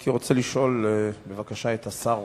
הייתי רוצה לשאול את השר: